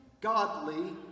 godly